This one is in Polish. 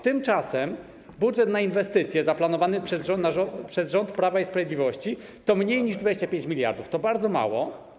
Tymczasem budżet na inwestycje zaplanowany przez rząd Prawa i Sprawiedliwości to mniej niż 25 mld, to bardzo mało.